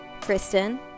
Kristen